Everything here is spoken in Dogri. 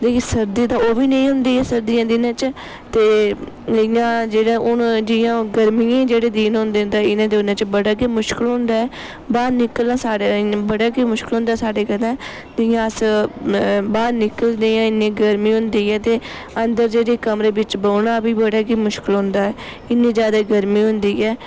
जेह्की सर्दी ते ओह् बी नेईं होंदी सर्दियें दिनें च ते इयां जेह्ड़ा हून जियां गर्मी दे जेह्ड़े दिन औंदे न इ'नें दिनें च बड़ा गै मुश्कल होंदा बाह्र निकलना सारें बड़ा गै मुशकल होंदा ऐ साढ़े कन्नै जियां अस बाह्र निकलदे ऐ इन्नी गर्मी होंदी ते अंदर जेह्ड़े कमरे बिच्च बौह्ना ओह् बी बड़ा गै मुश्कल होंदा ऐ इन्नी ज्यादा गर्मी होंदी ऐ